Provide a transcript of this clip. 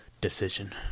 decision